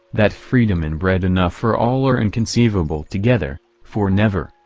that freedom and bread enough for all are inconceivable together, for never,